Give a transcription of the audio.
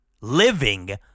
Living